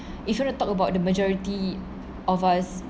if you want to talk about the majority of us